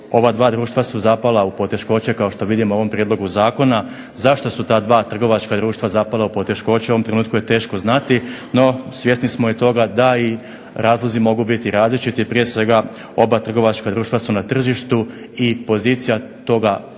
ova dva društva su zapala u poteškoće kao što vidimo u ovom prijedlogu zakona. Zašto su ta dva trgovačka društva zapala u poteškoće u ovom trenutku je teško znati. No svjesni smo i toga da razlozi mogu biti različiti. Prije svega oba trgovačka društva su na tržištu i pozicija toga